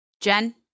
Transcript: Jen